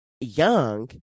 young